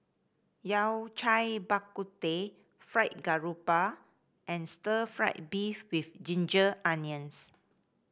Yao Cai Bak Kut Teh Fried Garoupa and Stir Fried Beef with Ginger Onions